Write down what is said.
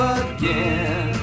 again